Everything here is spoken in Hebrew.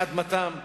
מאדמתם.